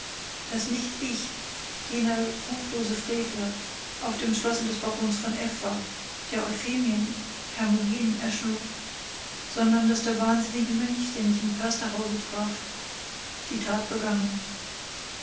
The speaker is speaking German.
daß nicht ich jener ruchlose frevler auf dem schlosse des barons von f war der euphemien hermogen erschlug sondern daß der wahnsinnige mönch den ich im försterhause traf die tat begangen